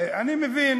אני מבין